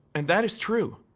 and that is true.